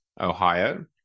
Ohio